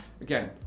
again